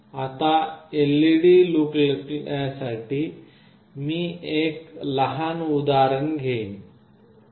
आता LED लुकलुकण्यासाठी मी एक लहान उदाहरण घेईन